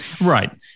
Right